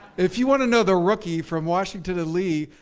if you wanna know the rookie from washington and lee,